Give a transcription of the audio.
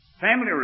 family